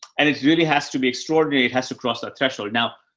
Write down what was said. and it's really has to be extraordinary. it has to cross that threshold. now,